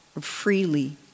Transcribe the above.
freely